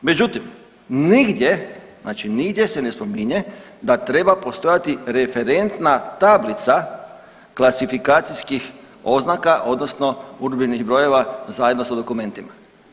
Međutim, nigdje, znači nigdje se ne spominje da treba postojati referentna tablica klasifikacijskih oznaka odnosno urudžbenih brojeva zajedno sa dokumentima.